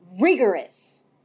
rigorous